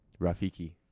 Rafiki